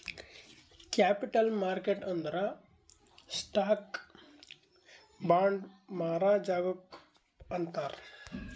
capital market ಅಂದುರ್ stock, bond ಮಾರಾ ಜಾಗಾಕ್ ಅಂತಾರ್